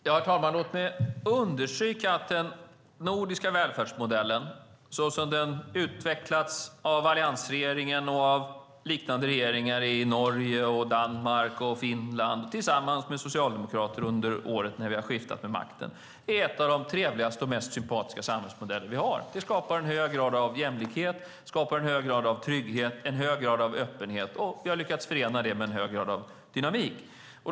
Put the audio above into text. Herr talman! Låt mig understryka att den nordiska välfärdsmodellen så som den har utvecklats av alliansregeringen och liknande regeringar i Norge, Danmark och Finland - tillsammans med socialdemokrater under de år vi har skiftat makten - är en av de trevligaste och mest sympatiska samhällsmodeller vi har. Den skapar en hög grad av jämlikhet, trygghet och öppenhet, vilket vi har lyckats förena med en hög grad av dynamik.